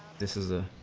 this is ah